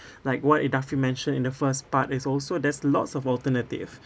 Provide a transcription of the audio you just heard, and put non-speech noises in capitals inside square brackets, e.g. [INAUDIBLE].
[BREATH] like what idafi mentioned in the first part is also there's lots of alternative